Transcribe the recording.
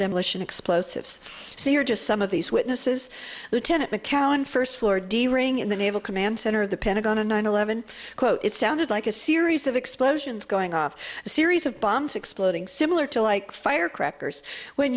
demolition explosives so you're just some of these witnesses lieutenant macallan first floor d ring in the naval command center of the pentagon on nine eleven quote it sounded like a series of explosions going off a series of bombs exploding similar to like firecrackers when